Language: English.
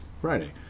Friday